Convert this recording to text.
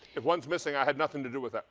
if one is missing, i had nothing to do with that.